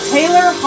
Taylor